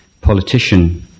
politician